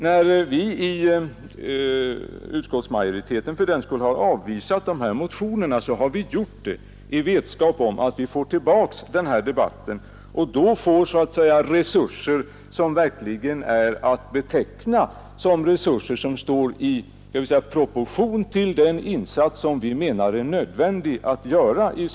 När utskottsmajoriteten har avstyrkt nu behandlade motioner har det skett i vetskap om att vi får tillbaka den här debatten och att vi då har att diskutera en resursökning som verkligen står i proportion till den insats som vi anser att det i dag är nödvändigt att göra.